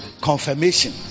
confirmation